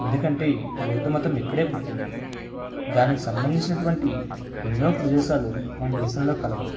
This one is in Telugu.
ఎందుకంటే బౌద్ధమతం ఇక్కడే పుట్టింది దానికి సంబంధించినటువంటి ఎన్నో ప్రదేశాలు మన దేశంలో కలవు